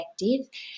effective